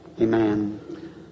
Amen